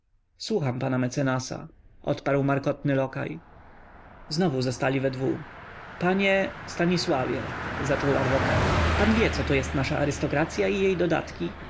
słucham pana mecenasa odparł markotny lokaj znowu zostali we dwu panie stanisławie zaczął adwokat pan wie co to jest nasza arystokracya i jej dodatki